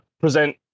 present